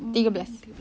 tiga belas